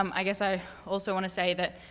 um i guess i also wanna say that,